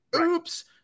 Oops